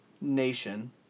nation